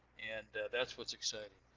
and that's what's exciting.